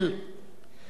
בני משפחה,